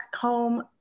home